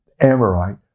Amorite